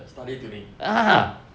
study tuning